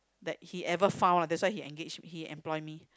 that he ever found lah that's why he engaged he employed me